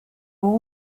were